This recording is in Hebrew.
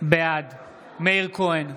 בעד מאיר כהן,